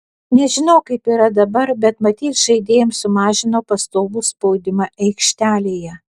nežinau kaip yra dabar bet matyt žaidėjams sumažino pastovų spaudimą aikštelėje